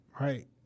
right